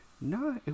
No